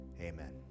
Amen